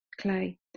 clay